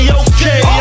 okay